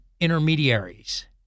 intermediaries